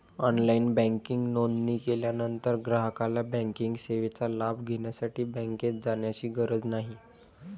online banking नोंदणी केल्यानंतर ग्राहकाला बँकिंग सेवेचा लाभ घेण्यासाठी बँकेत जाण्याची गरज नाही